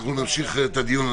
נמשיך את הדיון.